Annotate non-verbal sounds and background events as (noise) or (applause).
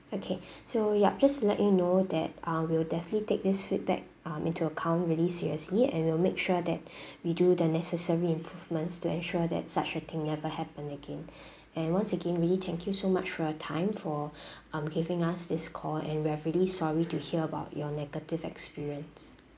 okay (breath) so yup just to let you know that uh we'll definitely take this feedback um into account really seriously and will make sure that we do the necessary improvements to ensure that such a thing never happen again (breath) and once again really thank you so much for your time for (breath) um giving us this call and we are really sorry to hear about your negative experience